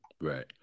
Right